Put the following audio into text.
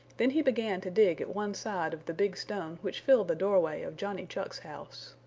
then he began to dig at one side of the big stone which filled the doorway of johnny chuck's house.